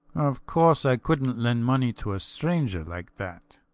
of course i couldnt lend money to a stranger like that.